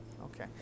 okay